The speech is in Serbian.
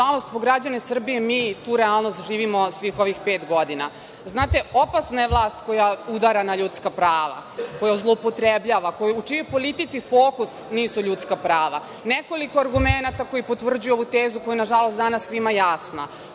Nažalost, po građane Srbije mi tu realnost živimo svih ovih pet godina. Opasna je vlast koja udara na ljudska prava, koja zloupotrebljva, u čijoj politici fokus nisu ljudska prava, nekoliko argumenata koji potvrđuju ovu tezu koja je nažalost danas svima jasna.